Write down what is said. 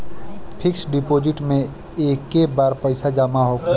fix deposit मे एके बार पैसा जामा होखेला